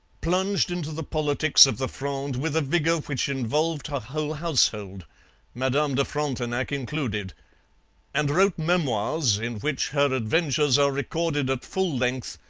plunged into the politics of the fronde with a vigour which involved her whole household madame de frontenac included and wrote memoirs in which her adventures are recorded at full length,